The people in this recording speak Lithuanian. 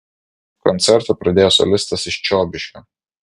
koncertą pradėjo solistas iš čiobiškio